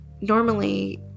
normally